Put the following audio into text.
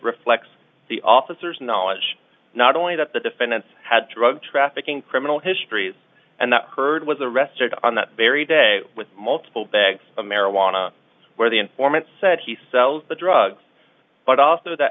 reflects the officers knowledge not only that the defendants had drug trafficking criminal histories and that heard was arrested on that very day with multiple bags of marijuana where the informant said he sells the drugs but also